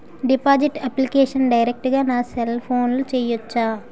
Deposit application direct గా నా cell ఫోన్లో చెయ్యచా?